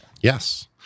Yes